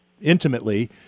intimately